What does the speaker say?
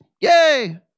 Yay